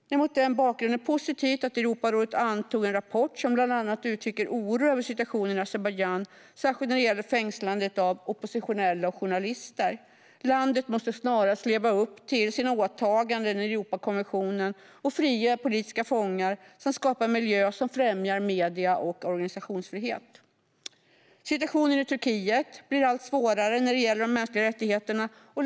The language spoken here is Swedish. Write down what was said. Det är mot den bakgrunden positivt att Europarådet antog en rapport som bland annat uttrycker oro över situationen i Azerbajdzjan, särskilt när det gäller fängslandet av oppositionella och journalister. Landet måste snarast leva upp till sina åtaganden enligt Europakonventionen, frige politiska fångar samt skapa en miljö som främjar medie och organisationsfrihet. Situationen i Turkiet blir allt svårare när det gäller de mänskliga rättigheterna.